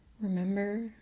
remember